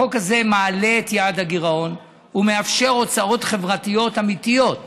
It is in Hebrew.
החוק הזה מעלה את יעד הגירעון ומאפשר הוצאות חברתיות אמיתיות שעושים,